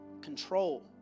control